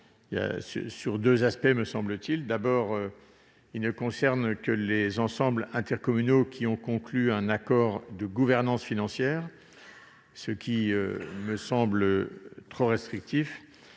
sur deux points : d'une part, il ne vise que les ensembles intercommunaux qui ont conclu un accord de gouvernance financière, ce qui me semble trop restrictif